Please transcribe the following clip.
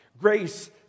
Grace